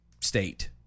state